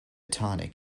tonic